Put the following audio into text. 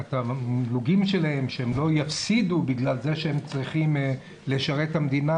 התמלוגים שלהם שהם לא יפסידו בגלל זה שהם צריכים לשרת את המדינה,